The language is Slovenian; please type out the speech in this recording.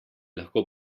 lahko